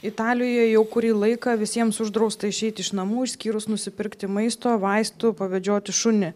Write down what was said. italijoj jau kurį laiką visiems uždrausta išeiti iš namų išskyrus nusipirkti maisto vaistų pavedžioti šunį